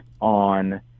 on